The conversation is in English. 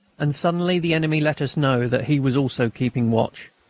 and suddenly the enemy let us know that he was also keeping watch.